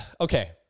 Okay